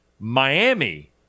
Miami